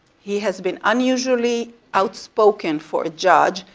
he has been unusually outspoken for a judge,